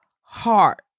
heart